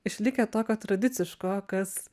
išlikę tokio tradiciško kas